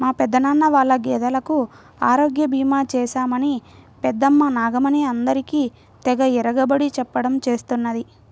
మా పెదనాన్న వాళ్ళ గేదెలకు ఆరోగ్య భీమా చేశామని పెద్దమ్మ నాగమణి అందరికీ తెగ ఇరగబడి చెప్పడం చేస్తున్నది